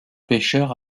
pêcheurs